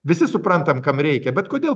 visi suprantam kam reikia bet kodėl